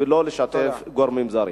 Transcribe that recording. ולא לשתף גורמים זרים.